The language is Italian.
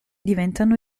diventano